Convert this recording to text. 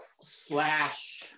slash